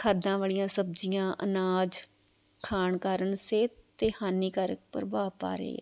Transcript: ਖਾਦਾਂ ਵਾਲੀਆਂ ਸਬਜ਼ੀਆਂ ਅਨਾਜ ਖਾਣ ਕਾਰਨ ਸਿਹਤ 'ਤੇ ਹਾਨੀਕਾਰਨ ਪ੍ਰਭਾਵ ਪਾ ਰਹੇ